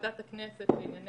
לוועדת הכנסת לענייני